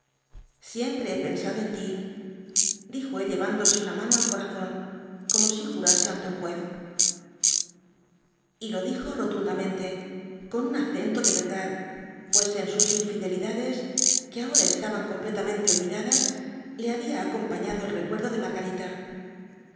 siempre he pensado en ti dijo él llevándose una mano al corazón como si jurase ante un juez t lo dijo rotundamente con un acento de verdad pues en sus infidelidades que ahora estaban completamente olvidadas le había acompañado el recuerdo de margarita